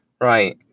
Right